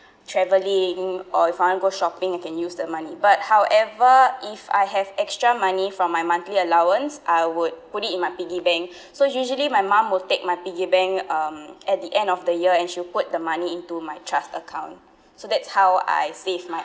travelling or if I want to go shopping I can use the money but however if I have extra money from my monthly allowance I would put it in my piggy bank so usually my mom will take my piggy bank um at the end of the year and she'll put the money into my trust account so that's how I save my